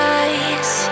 eyes